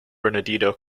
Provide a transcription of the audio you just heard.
bernardino